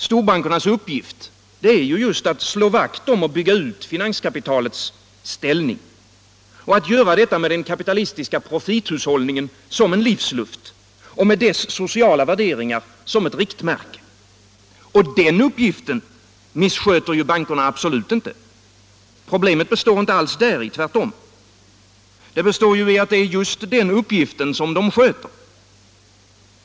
Storbankernas uppgift är att slå vakt om och bygga ut finanskapitalets ställning och att göra detta med den kapitalistiska profithushållningen som livsluft och med dess sociala värderingar som riktmärke. Och den uppgiften missköter bankerna absolut inte. Problemet består inte alls däri. Tvärtom. Det består ju i att det är just den uppgiften som de sköter.